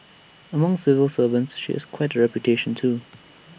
among civil servants she is quite reputation too